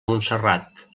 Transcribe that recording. montserrat